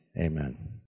Amen